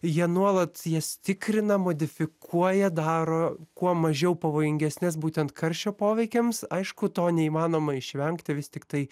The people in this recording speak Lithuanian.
jie nuolat jas tikrina modifikuoja daro kuo mažiau pavojingesnes būtent karščio poveikiams aišku to neįmanoma išvengti vis tiktai